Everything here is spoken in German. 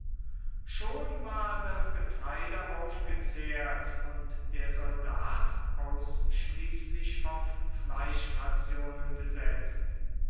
schon war das getreide aufgezehrt und der soldat ausschließlich auf fleischrationen gesetzt